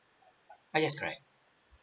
uh yes correct